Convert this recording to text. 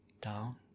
down